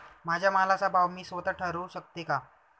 माझ्या मालाचा भाव मी स्वत: ठरवू शकते का?